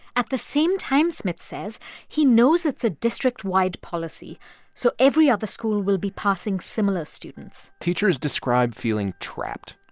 at the same time, smith says he knows it's a district-wide policy so every other school will be passing similar students teachers describe feeling trapped.